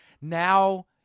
now